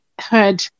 heard